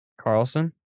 Carlson